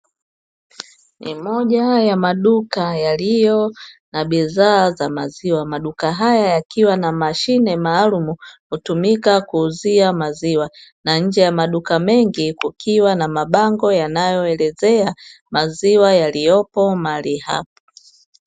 Ni moja ya maduka yaliyo na bidhaa za maziwa, maduka haya yakiwa na mashine maalumu hutumika kuuzia maziwa na nje ya maduka mengi kukiwa na mabango yanayoelezea maziwa yaliyopo mahali hapo.